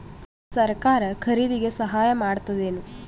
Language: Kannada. ಸರಕಾರ ಖರೀದಿಗೆ ಸಹಾಯ ಮಾಡ್ತದೇನು?